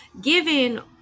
given